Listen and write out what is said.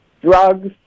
drugs